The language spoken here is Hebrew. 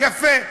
יפה.